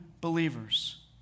believers